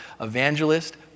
evangelist